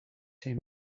him